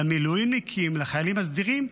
למילואימניקים, לחיילים הסדירים,